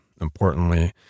importantly